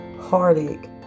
heartache